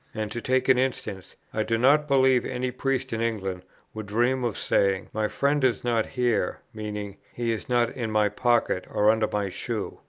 and, to take an instance i do not believe any priest in england would dream of saying, my friend is not here meaning, he is not in my pocket or under my shoe.